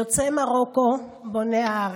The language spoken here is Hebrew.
יוצאי מרוקו, בוני הארץ.